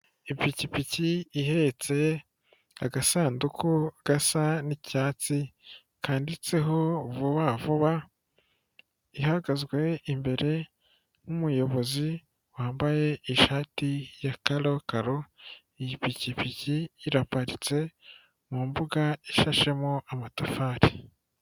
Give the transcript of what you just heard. Ipikipiki ihetse agasanduku gasa n'icyatsi kanditseho vuba vuba ihagaze imbere y'umuyobozi wambaye ishati ya karokaro, iyi pikipiki iraparitse mu mbuga ishashemo amatafari.